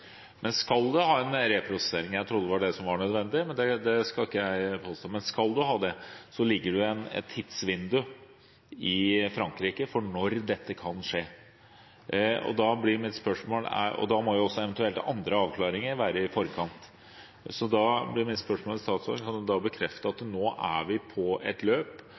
jeg trodde det var det som var nødvendig, men det skal ikke jeg påstå – ligger det et tidsvindu i Frankrike for når dette kan skje. Da må også eventuelt andre avklaringer være i forkant. Da blir mitt spørsmål til statsråden: Kan hun bekrefte at vi nå er på et løp